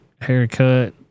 haircut